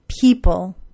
people